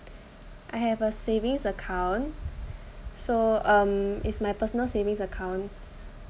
I have a savings account so um it's my personal savings account